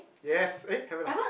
yes eh haven't ah